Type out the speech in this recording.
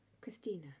Christina